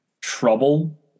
trouble